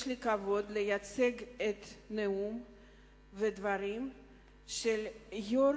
יש לי הכבוד לייצג את הנאום והדברים של יושב-ראש